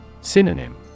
Synonym